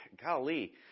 golly